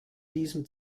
diesem